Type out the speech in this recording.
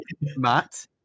Matt